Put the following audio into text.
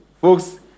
Folks